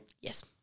Yes